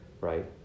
right